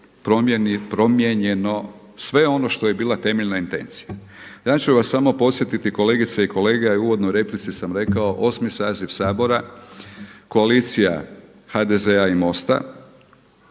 promijenjeno sve ono što je bila temeljna intencija. Ja ću vas samo podsjetiti kolegice i kolege, a i uvodno u replici sam rekao 8. saziv Sabora koalicija HDZ-a i MOST-a